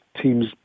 teams